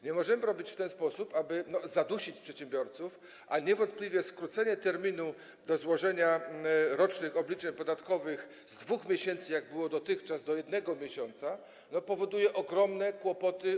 Nie możemy postępować w ten sposób, aby zadusić przedsiębiorców, a niewątpliwie skrócenie terminu na złożenie rocznych obliczeń podatkowych z 2 miesięcy, jak było dotychczas, do 1 miesiąca powoduje u nich ogromne kłopoty.